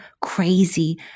crazy